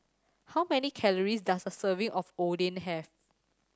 how many calories does a serving of Oden have